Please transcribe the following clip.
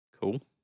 cool